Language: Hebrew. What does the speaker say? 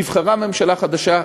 נבחרה ממשלה חדשה,